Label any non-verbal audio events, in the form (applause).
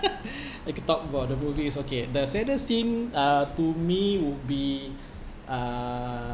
(laughs) I can talk about the movies okay the saddest scene uh to me would be uh